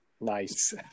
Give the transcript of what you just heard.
nice